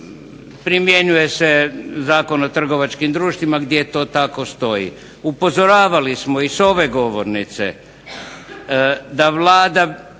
primjenjuje se Zakon o trgovačkim društvima gdje to tako stoji. Upozoravali smo i s ove govornice da Vlada